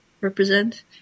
represent